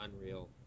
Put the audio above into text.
unreal